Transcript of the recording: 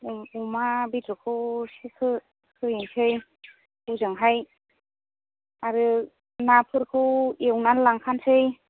अमा बेदरखौ सेक हो होहैसै हजोंहाय आरो नाफोरखौ एवनानै लांखानोसै